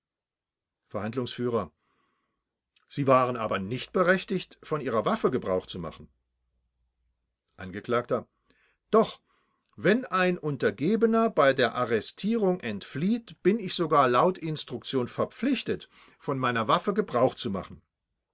verhandlungsf sie waren aber nicht berechtigt von ihrer waffe gebrauch zu machen angekl doch wenn ein untergebener bei der arretierung entflieht bin ich sogar laut instruktion verpflichtet von meiner waffe gebrauch zu machen